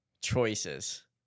Choices